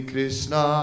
Krishna